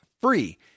free